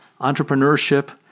entrepreneurship